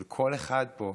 של כל אחד פה,